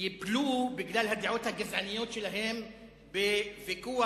ייפלו בגלל הדעות הגזעניות שלהם בוויכוח